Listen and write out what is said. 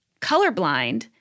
colorblind